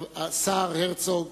השר הרצוג,